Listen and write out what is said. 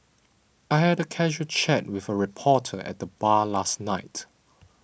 I had a casual chat with a reporter at the bar last night